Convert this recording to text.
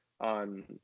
on